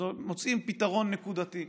אז מוצאים פתרון נקודתי,